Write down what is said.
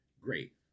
Great